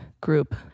group